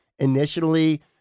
Initially